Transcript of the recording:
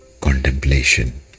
contemplation